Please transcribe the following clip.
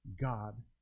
God